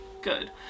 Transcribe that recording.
Good